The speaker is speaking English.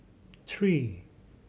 three